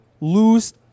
lose